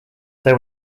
there